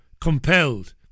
compelled